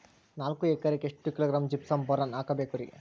ನಾಲ್ಕು ಎಕರೆಕ್ಕ ಎಷ್ಟು ಕಿಲೋಗ್ರಾಂ ಜಿಪ್ಸಮ್ ಬೋರಾನ್ ಹಾಕಬೇಕು ರಿ?